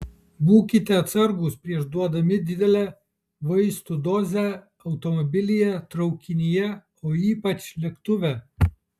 būkite atsargūs prieš duodami didelę vaistų dozę automobilyje traukinyje o ypač lėktuve